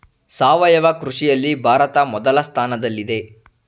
ಸಾವಯವ ಕೃಷಿಯಲ್ಲಿ ಭಾರತ ಮೊದಲ ಸ್ಥಾನದಲ್ಲಿದೆ